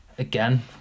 again